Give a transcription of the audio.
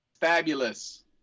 fabulous